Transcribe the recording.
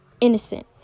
innocent